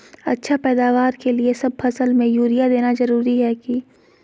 अच्छा पैदावार के लिए सब फसल में यूरिया देना जरुरी है की?